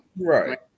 right